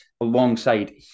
alongside